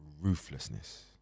ruthlessness